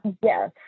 Yes